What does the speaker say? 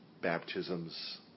baptisms